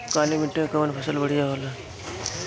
काली माटी मै कवन फसल बढ़िया होला?